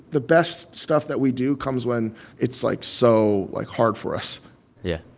the best stuff that we do comes when it's, like, so, like, hard for us yeah.